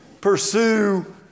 pursue